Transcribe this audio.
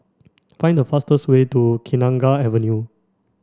find the fastest way to Kenanga Avenue